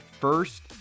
first